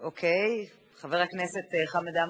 חבר הכנסת חמד עמאר,